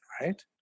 right